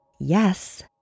yes